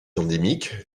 endémique